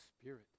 Spirit